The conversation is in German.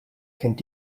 kennt